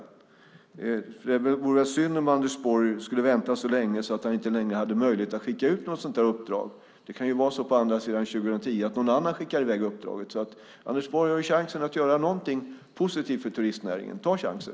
Det vore väl synd om Anders Borg skulle vänta så länge så att han inte längre har möjlighet att skicka ut ett sådant uppdrag. Det kan ju vara så på andra sidan 2010 att någon annan skickar i väg uppdraget. Anders Borg har chansen att göra någonting positivt för turistnäringen. Ta chansen!